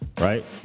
right